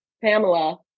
Pamela